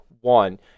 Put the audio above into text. one